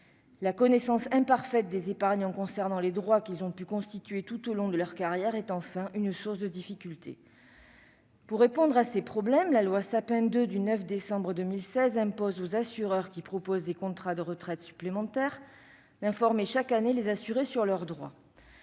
La connaissance imparfaite par les épargnants des droits qu'ils ont pu constituer tout au long de leur carrière est aussi une source de difficultés. Pour résoudre ces problèmes, la loi Sapin II du 9 décembre 2016 impose aux assureurs qui proposent des contrats d'épargne retraite supplémentaire d'informer chaque année les assurés sur leurs droits.